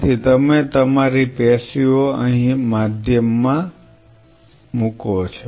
તેથી તમે તમારી પેશીઓ અહીં માધ્યમમાં છે